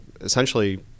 essentially